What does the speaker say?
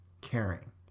caring